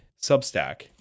substack